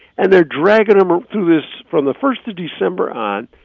and they're dragging them ah through this, from the first of december on,